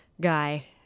guy